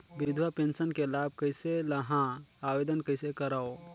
विधवा पेंशन के लाभ कइसे लहां? आवेदन कइसे करव?